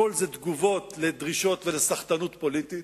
הכול זה תגובות לדרישות ולסחטנות פוליטית,